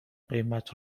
قیمت